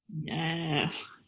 Yes